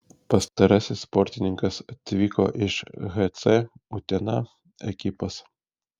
pastarasis sportininkas atvyko iš hc utena ekipos